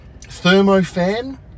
thermofan